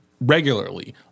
regularly